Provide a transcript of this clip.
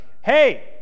hey